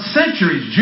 centuries